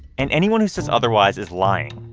and anyone who says otherwise is lying.